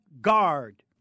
guard